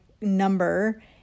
number